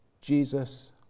Jesus